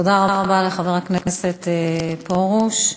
תודה רבה לחבר הכנסת פרוש,